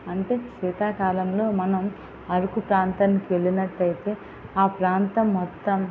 అంటే శీతాకాలంలో మనం అరకు ప్రాంతానికి వెళ్ళినట్టు అయితే ఆ ప్రాంతం మొత్తం